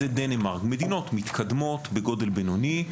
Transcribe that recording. דנמרק מדינות מתקדמות בגודל בינוני,